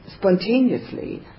spontaneously